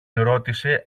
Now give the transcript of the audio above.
ρώτησε